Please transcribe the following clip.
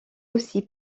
aussi